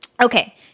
Okay